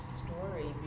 story